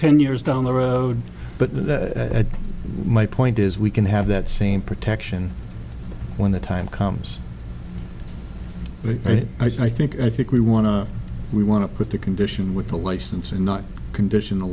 ten years down the road but my point is we can have that same protection when the time comes but right i think i think we want to we want to put the condition with the license and not condition